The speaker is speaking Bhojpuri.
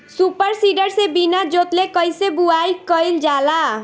सूपर सीडर से बीना जोतले कईसे बुआई कयिल जाला?